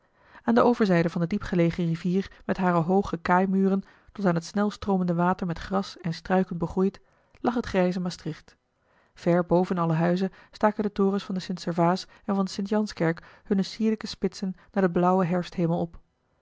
aan de overzijde van de diepgelegen rivier met hare hooge kaaimuren tot aan het snelstroomende water met gras en struiken begroeid lag het grijze maastricht ver boven alle huizen staken de torens van de st servaas en van de st janskerk hunne sierlijke spitsen naar den blauwen herfsthemel op